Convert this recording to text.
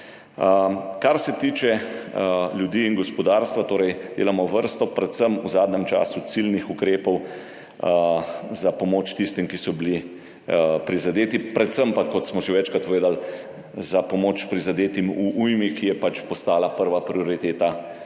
Kar se tiče ljudi in gospodarstva, delamo vrsto, predvsem v zadnjem času, ciljnih ukrepov za pomoč tistim, ki so bili prizadeti, predvsem pa, kot smo že večkrat povedali, za pomoč prizadetim v ujmi, kar je postala prva prioriteta